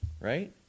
right